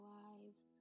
lives